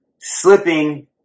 slipping